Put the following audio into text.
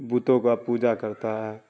بتوں کا پوجا کرتا ہے